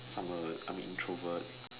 I'm a I'm a introvert